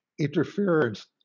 interference